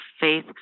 faith